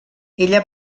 ella